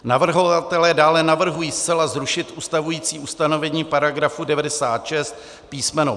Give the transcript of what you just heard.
Navrhovatelé dále navrhují zcela zrušit ustavující ustanovení § 96 písm.